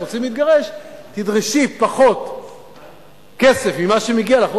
רוצים להתגרש: תדרשי פחות כסף ממה שמגיע לך,